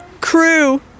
crew